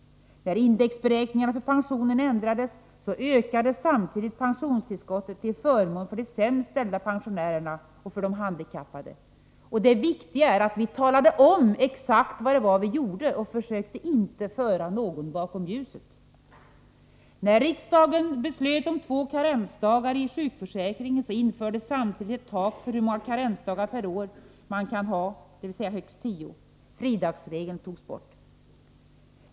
När indexberäkningarna för pensionen ändrades, ökades samtidigt pensionstillskottet till förmån för de sämst ställda pensionärerna och för de handikappade. Och det viktiga är att vi talade om exakt vad det var vi gjorde och inte försökte föra någon bakom ljuset. När riksdagen beslöt om två karensdagar i sjukförsäkringen, infördes samtidigt ett tak för hur många karensdagar per år man kan ha — högst tio. Fridagsregeln borttogs.